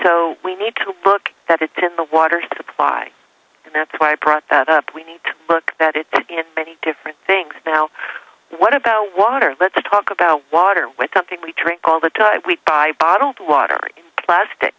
so we need to book that it's in the water supply and that's why i brought that up we need to look at it in many different things now what about water let's talk about water with something we treat all the time we buy bottled water plastic